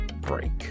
Break